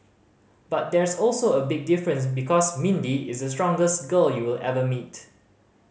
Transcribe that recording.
but there's also a big difference because Mindy is the strongest girl you will ever meet